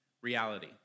reality